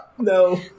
No